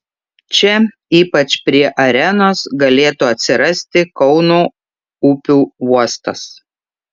čia ypač prie arenos galėtų atsirasti kauno upių uostas